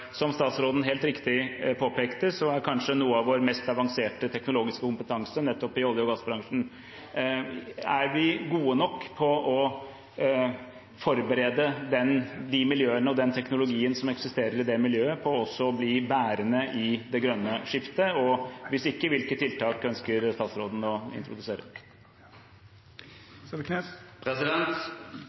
Som statsråden helt riktig påpekte, er kanskje noe av vår mest avanserte teknologiske kompetanse nettopp i olje- og gassbransjen. Er vi gode nok på å forberede de miljøene og den teknologien som eksisterer i det miljøet, til også å bli bærende i det grønne skiftet? Og hvis ikke: Hvilke tiltak ønsker statsråden å introdusere?